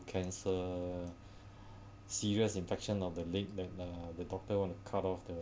cancer serious infection of the leg uh the doctor want to cut off the